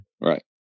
Right